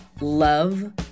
love